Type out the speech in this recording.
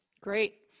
Great